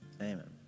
Amen